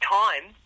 time